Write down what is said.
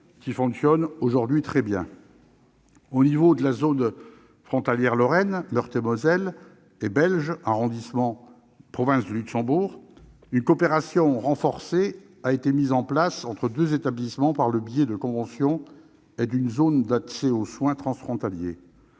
qui fonctionnent aujourd'hui très bien. À l'échelon des zones frontalières lorraine- Meurthe-et-Moselle -et belge -province de Luxembourg -, une coopération renforcée a été mise en oeuvre entre deux établissements par le biais de conventions et d'une zone organisée d'accès aux soins transfrontaliers,